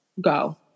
go